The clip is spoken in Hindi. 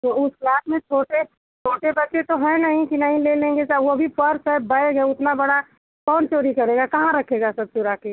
तो उस क्लास में छोटे छोटे बच्चे तो हैं नहीं कि नहीं ले लेंगे सब वो भी पर्स है बैग है उतना बड़ा कौन चोरी करेगा कहाँ रखेगा सब चोरा के